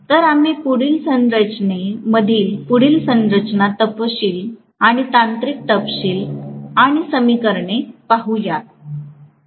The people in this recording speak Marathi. तर आम्ही पुढील संरचने मधील पुढील संरचना तपशील आणि तांत्रिक तपशील आणि समीकरणे पाहुयात